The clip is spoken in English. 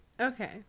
okay